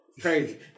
Crazy